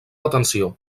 atenció